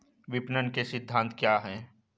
विपणन के सिद्धांत क्या हैं?